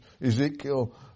Ezekiel